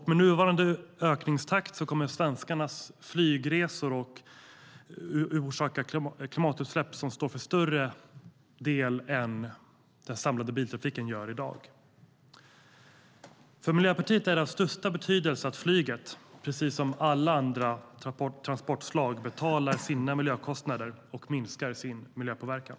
Med nuvarande ökningstakt kommer svenskarnas flygresor att orsaka större klimatutsläpp än dagens samlade biltrafik. För Miljöpartiet är det av största betydelse att flyget, precis som alla andra transportslag, betalar sina miljökostnader och minskar sin miljöpåverkan.